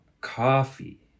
coffee